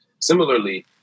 Similarly